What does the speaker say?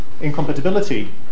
incompatibility